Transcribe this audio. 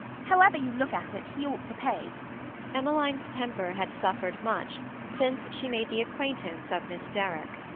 however you look at it, he ought to pay emmeline's temper had suffered much since she made the acquaintance of miss derrick.